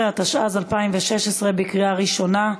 16), התשע"ז 2016, בקריאה ראשונה.